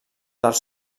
dels